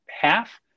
half